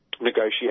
negotiate